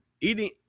eating